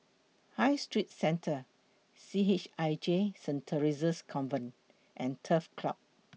High Street Centre C H I J Saint Theresa's Convent and Turf Club